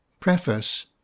PREFACE